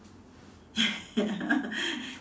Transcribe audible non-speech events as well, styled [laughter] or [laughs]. [laughs] ya